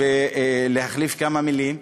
ולהחליף כמה מילים,